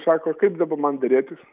sako kaip dabar man derėtis